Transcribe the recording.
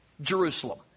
Jerusalem